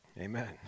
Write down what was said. Amen